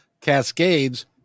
Cascades